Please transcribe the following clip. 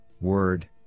word